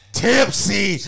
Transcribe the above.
tipsy